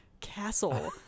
castle